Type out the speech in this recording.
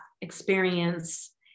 experience